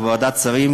בוועדת השרים,